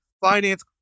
finance